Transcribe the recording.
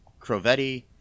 crovetti